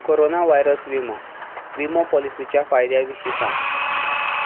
corona virus विमो विमो पॉलिसीच्या फायद्या विशीं सांग